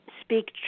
speak